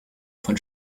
von